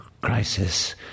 crisis